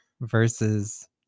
versus